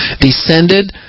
Descended